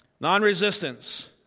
Non-resistance